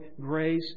grace